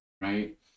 right